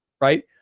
right